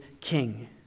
king